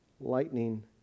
lightning